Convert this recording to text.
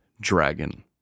dragon